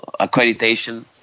accreditation